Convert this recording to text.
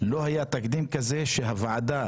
לזה שהוועדה